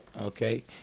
Okay